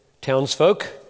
townsfolk